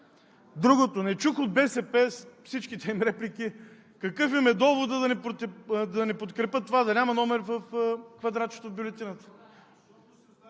Другото – не чух от БСП, от всичките им реплики, какъв им е доводът да не подкрепят това да няма номер в квадратчето в бюлетината.